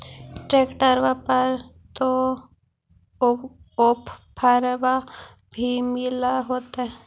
ट्रैक्टरबा पर तो ओफ्फरबा भी मिल होतै?